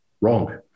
wrong